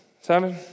seven